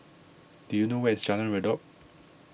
do you know where is Jalan Redop